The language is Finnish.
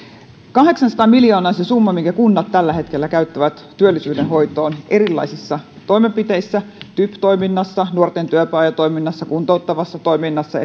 kahdeksansataa miljoonaa on se summa minkä kunnat tällä hetkellä käyttävät työllisyyden hoitoon erilaisissa toimenpiteissä typ toiminnassa nuorten työpajatoiminnassa kuntouttavassa toiminnassa